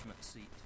seat